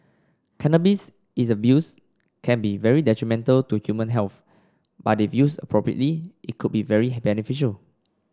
cannabis is abused can be very detrimental to human health but if used appropriately it could be very beneficial